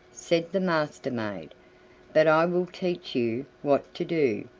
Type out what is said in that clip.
said the master-maid but i will teach you what to do.